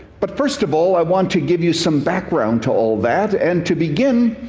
but first of all, i want to give you some background to all that. and to begin,